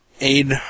Aid